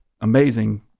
amazing